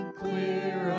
clear